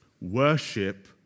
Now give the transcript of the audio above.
Worship